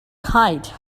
kite